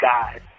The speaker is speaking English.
guys